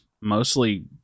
mostly